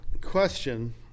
question